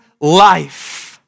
life